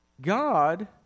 God